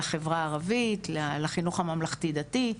לחברה הערבית, לחינוך הממלכתי-דתי,